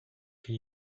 can